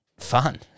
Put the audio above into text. Fun